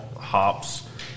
hops